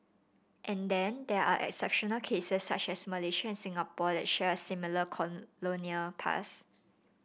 and then there are exceptional cases such as Malaysia and Singapore that share similar colonial past